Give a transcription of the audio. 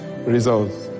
Results